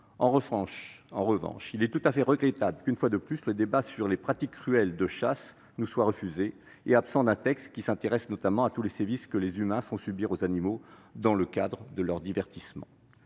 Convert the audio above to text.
En revanche, il est tout à fait regrettable que, une fois de plus, le débat sur les pratiques cruelles de chasse nous soit refusé et soit absent d'un texte traitant notamment de tous les sévices que les humains font subir aux animaux dans le cadre de leurs divertissements.